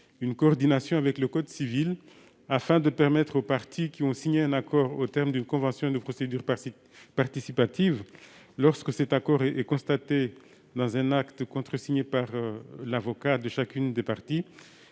une coordination avec le code civil, afin de permettre aux parties qui ont signé un accord au terme d'une convention de procédure participative, lorsque cet accord est constaté dans un acte contresigné par l'avocat de chacune des parties,